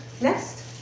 Next